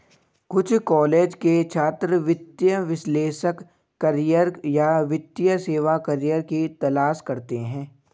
कुछ कॉलेज के छात्र वित्तीय विश्लेषक करियर या वित्तीय सेवा करियर की तलाश करते है